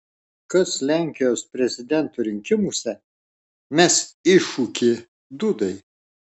kas lenkijos prezidento rinkimuose mes iššūkį dudai